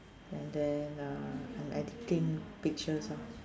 and then uh I'm editing pictures ah